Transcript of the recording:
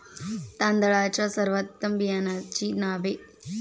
तांदळाच्या सर्वोत्तम बियाण्यांची नावे?